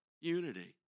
unity